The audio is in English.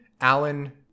Alan